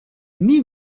mit